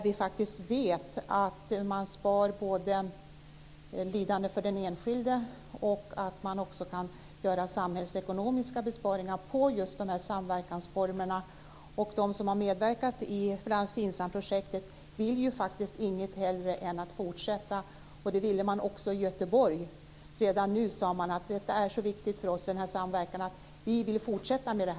Vi vet ju att man spar lidande för den enskilde och att man kan göra samhällsekonomiska besparingar med de här samverkansformerna. De som har medverkat i bl.a. FINSAM-projektet vill faktiskt inget hellre än att fortsätta. Det ville man också i Göteborg. Man sade redan nu att denna samverkan var så viktig att man ville fortsätta med den.